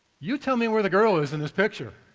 you tell me where the girl is in this picture.